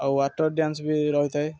ଆଉ water dance ବି ରହିଥାଏ